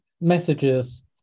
messages